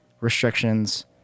restrictions